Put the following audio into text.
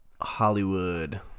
Hollywood